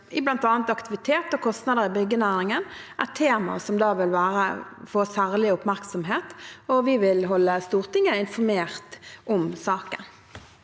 i bl.a. aktivitet og kostnader i byggenæringen et tema som vil få særlig oppmerksomhet. Vi vil holde Stortinget informert om saken.